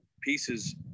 pieces